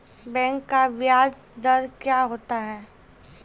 Bank का ब्याज दर क्या होता हैं?